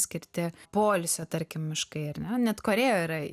skirti poilsio tarkim miškai ar ne net korėjoj yra